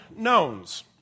knowns